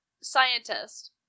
scientist